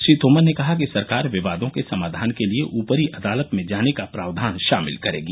श्री तोमर ने कहा कि सरकार विवादों के समाधान के लिए ऊपरी अदालत में जाने का प्रावधान शामिल करेगी